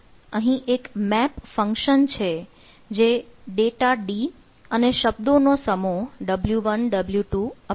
અહીં એક map function છે જે ડેટા d અને શબ્દોનો સમૂહ w1 w2 wn પરનું ફંકશન છે